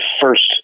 first